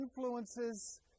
influences